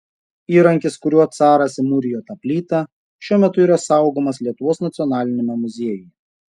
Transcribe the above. įrankis kuriuo caras įmūrijo tą plytą šiuo metu yra saugomas lietuvos nacionaliniame muziejuje